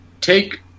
Take